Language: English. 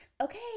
Okay